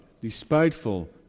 despiteful